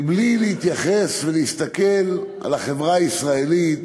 בלי להתייחס ולהסתכל על החברה הישראלית